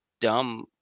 dumb